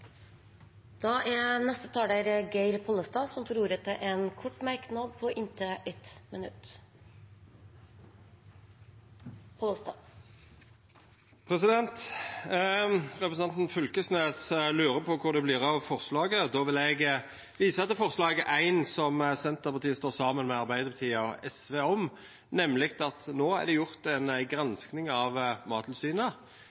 ordet til en kort merknad, begrenset til 1 minutt. Representanten Knag Fylkesnes lurer på kvar det vert av forslaget. Då vil eg visa til forslag nr. 1, som Senterpartiet står saman med Arbeidarpartiet og SV om. No er det nemleg gjort